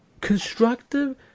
constructive